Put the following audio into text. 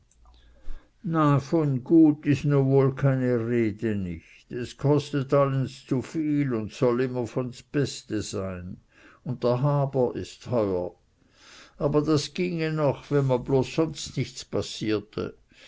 na von gut is nu woll keine rede nich es kost't allens zuviel un soll immer von s beste sein und der haber is teuer aber das ginge noch wenn man bloß sonst nichts passierte